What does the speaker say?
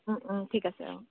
ঠিক আছে অঁ